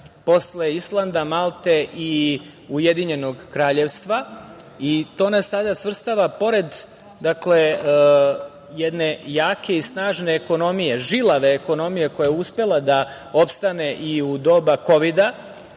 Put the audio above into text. posle Islanda, Malte i Ujedinjenog Kraljevstva i to nas sada svrstava, pored jedne jake i snažne ekonomije, žilave ekonomije koja je uspela da opstane i u doba kovida